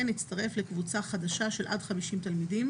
הצטרף לקבוצה חדשה של עד 50 תלמידים,